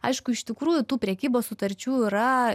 aišku iš tikrųjų tų prekybos sutarčių yra